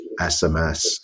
SMS